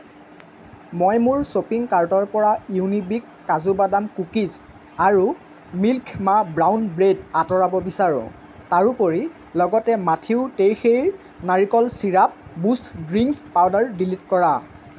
মই মোৰ শ্বপিং কাৰ্টৰ পৰা ইউনিবিক কাজু বাদাম কুকিজ আৰু মিল্ক মা ব্ৰাউন ব্ৰেড আঁতৰাব বিচাৰোঁ তাৰোপৰি লগতে মাঠিউ টেইসেইৰ নাৰিকল syrup Boost drink powder delete কৰা